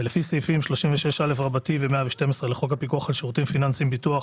ולפי סעיפים 36א ו-112 לחוק הפיקוח על שירותים פיננסיים (ביטוח),